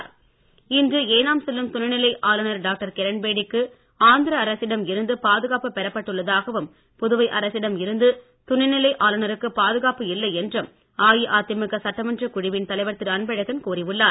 அன்பழகன் இன்று ஏனாம் செல்லும் துணை நிலை ஆளுநர் டாக்டர் கிரண்பேடிக்கு இருந்து பெறப்பட்டுள்ளதாகவும் புதுவை அரசிடம் இருந்து துணை நிலை ஆளுநருக்கு பாதுகாப்பு இல்லை என்றும் அஇஅதிமுக சட்டமன்றக் குழுவின் தலைவர் திரு அன்பழகன் கூறி உள்ளார்